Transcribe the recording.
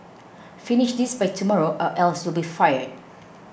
finish this by tomorrow or else you'll be fired